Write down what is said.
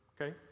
Okay